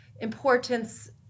importance